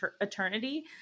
eternity